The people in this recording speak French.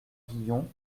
guillon